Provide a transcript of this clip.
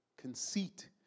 conceit